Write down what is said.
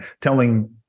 telling